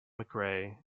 mcrae